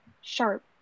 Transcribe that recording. sharp